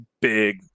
big